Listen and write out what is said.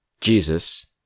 Jesus